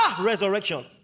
resurrection